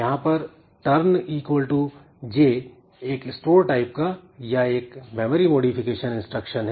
यहां पर turn j एक स्टोर टाइप का या एक मेमोरी मोडिफिकेशन इंस्ट्रक्शन है